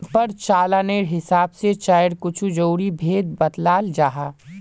प्रचालानेर हिसाब से चायर कुछु ज़रूरी भेद बत्लाल जाहा